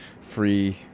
free